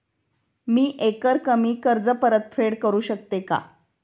मी एकरकमी कर्ज परतफेड करू शकते का?